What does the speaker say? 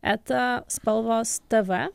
eta spalvos tv